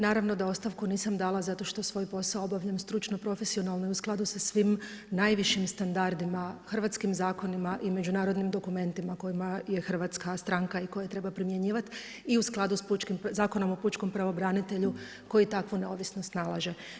Naravno da ostavku nisam dala zato što svoj posao obavljam stručno, profesionalno i u skladu sa svim najvišim standardima, hrvatskim zakonima i međunarodnim dokumentima kojima je Hrvatska stranka i koje treba primjenjivati i u skladu sa pučkim, Zakonom o pučkom pravobranitelju koji takvu neovisnost nalaže.